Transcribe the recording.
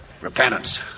Repentance